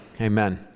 amen